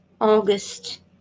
august